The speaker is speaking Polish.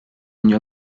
nie